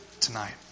tonight